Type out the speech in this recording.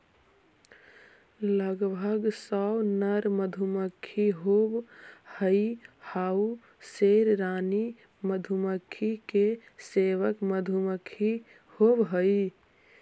लगभग सौ नर मधुमक्खी होवऽ हइ आउ शेष रानी मधुमक्खी के सेवक मधुमक्खी होवऽ हइ